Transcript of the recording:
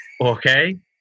okay